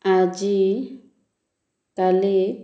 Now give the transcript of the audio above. ଆଜି କାଲି